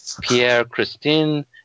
Pierre-Christine